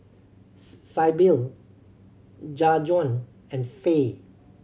Sybil Jajuan and Fae